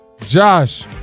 Josh